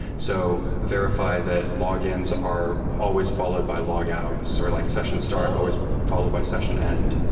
so verify that logins are always followed by logout's or like session start always followed by session end.